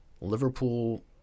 Liverpool